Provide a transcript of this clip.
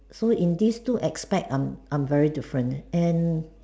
so in these two aspect I'm I'm very different and